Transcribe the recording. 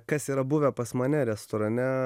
kas yra buvę pas mane restorane